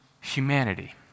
humanity